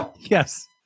Yes